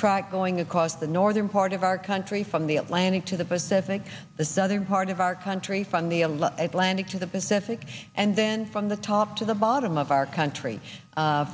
track going across the northern part of our country from the atlantic to the pacific the southern part of our country from the a planet to the pacific and then from the top to the bottom of our country